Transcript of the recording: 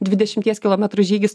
dvidešimties kilometrų žygis